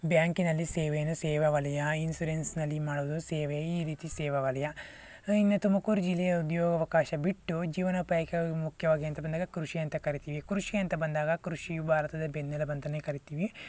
ಬ್ಯಾಂಕಿನಲ್ಲಿ ಸೇವೆಯನ್ನು ಸೇವಾವಲಯ ಇನ್ಸೂರೆನ್ಸ್ನಲ್ಲಿ ಮಾಡೋದು ಸೇವೆ ಈ ರೀತಿ ಸೇವಾವಲಯ ಇನ್ನು ತುಮಕೂರು ಜಿಲ್ಲೆಯ ಉದ್ಯೋಗಾವಕಾಶ ಬಿಟ್ಟು ಜೀವನೋಪಾಯಕ್ಕಾಗಿ ಮುಖ್ಯವಾಗಿ ಅಂತ ಬಂದಾಗ ಕೃಷಿ ಅಂತ ಕರಿತೀವಿ ಕೃಷಿ ಅಂತ ಬಂದಾಗ ಕೃಷಿಯು ಭಾರತದ ಬೆನ್ನೆಲುಬು ಅಂತಾನೆ ಕರಿತೀವಿ